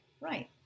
Right